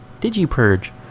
Digi-purge